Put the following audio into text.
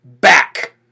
back